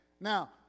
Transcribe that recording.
Now